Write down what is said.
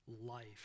life